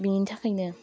बेनि थाखायनो